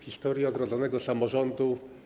Historia odrodzonego samorządu.